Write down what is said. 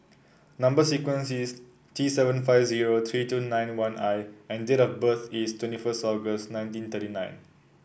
number sequence is T seven five zero three two nine one I and date of birth is twenty first August nineteen thirty nine